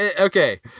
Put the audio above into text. okay